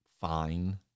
fine